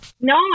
No